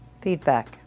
feedback